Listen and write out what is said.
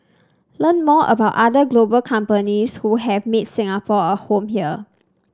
learn more about other global companies who have made Singapore a home here